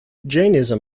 jainism